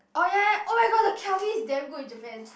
oh ya oh-my-god the Calbee is damn good in Japan